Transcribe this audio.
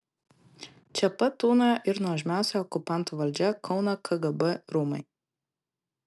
čia pat tūnojo ir nuožmiausia okupantų valdžia kauno kgb rūmai